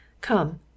Come